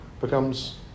becomes